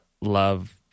love